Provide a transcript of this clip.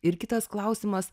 ir kitas klausimas